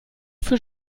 für